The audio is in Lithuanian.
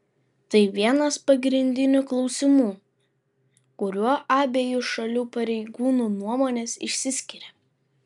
tai vienas pagrindinių klausimų kuriuo abiejų šalių pareigūnų nuomonės išsiskiria